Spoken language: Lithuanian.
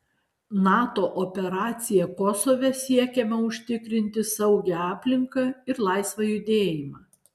nato operacija kosove siekiama užtikrinti saugią aplinką ir laisvą judėjimą